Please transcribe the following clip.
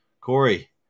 Corey